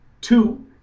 two